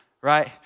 right